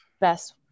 best